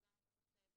וגם אחר כך